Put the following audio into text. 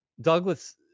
Douglas